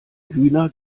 hühner